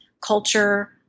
culture